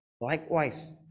Likewise